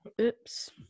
Oops